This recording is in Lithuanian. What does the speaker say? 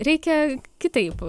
reikia kitaip